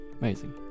amazing